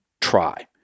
try